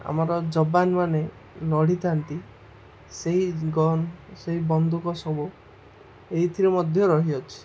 ଆମର ଜବାନ୍ମାନେ ଲଢ଼ିଥାନ୍ତି ସେଇ ଗନ୍ ସେଇ ବନ୍ଧୁକ ସବୁ ଏଇଥିରେ ମଧ୍ୟ ରହିଅଛି